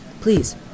please